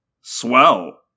Swell